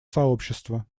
сообщества